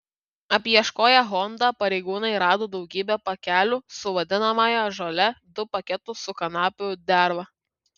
apieškoję honda pareigūnai rado daugybę pakelių su vadinamąją žole du paketus su kanapių derva